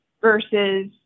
versus